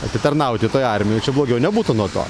atitarnauti toj armijoj čia blogiau nebūtų nuo to